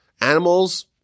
animals